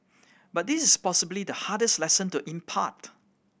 but this is possibly the hardest lesson to impart